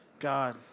God